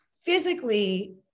physically